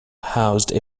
housed